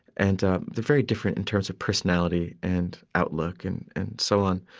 and ah very different in terms of personality and outlook and and so on.